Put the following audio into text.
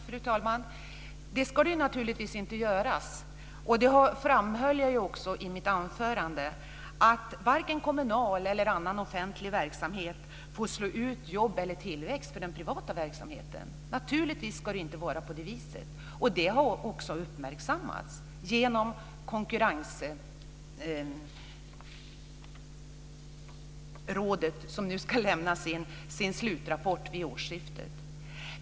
Fru talman! Det ska de naturligtvis inte göra. Jag framhöll också i mitt anförande att varken kommunal eller annan offentlig verksamhet får slå ut jobb eller tillväxt i den privata verksamheten. Naturligtvis ska det inte vara på det viset. Det har också uppmärksammats av Konkurrensrådet som nu ska lämna sin slutrapport vid årsskiftet.